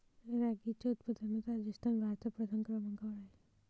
रॅगीच्या उत्पादनात राजस्थान भारतात प्रथम क्रमांकावर आहे